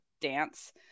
dance